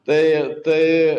tai tai